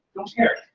don't care.